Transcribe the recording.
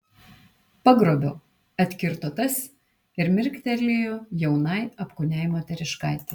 pagrobiau atkirto tas ir mirktelėjo jaunai apkūniai moteriškaitei